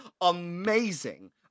amazing